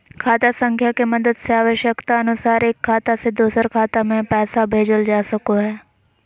खाता संख्या के मदद से आवश्यकता अनुसार एक खाता से दोसर खाता मे पैसा भेजल जा सको हय